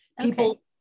People